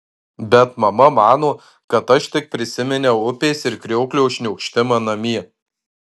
bet mama mano kad aš tik prisiminiau upės ir krioklio šniokštimą namie